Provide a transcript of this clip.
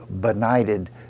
benighted